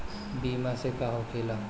बीमा से का होखेला?